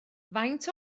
faint